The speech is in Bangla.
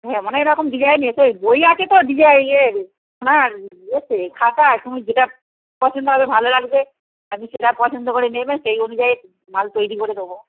হ্যাঁ অনেক রকম ডিজাইন এসে বই আছে তো ডিজাই এ এর সোনার এতে খাতায় তুমি যেটা পছন্দ হবে ভালো লাগবে আপনি সেটা পছন্দ করে নেবেন সেই অনুযায়ী মাল তৈরি করে দেবো